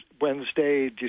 Wednesday